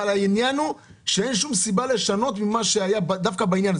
אבל העניין הוא שאין שום סיבה לשנות דווקא בעניין הזה.